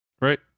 right